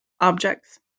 objects